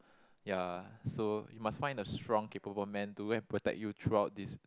ya so must find a strong capable man to go and protect you throughout this